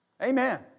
Amen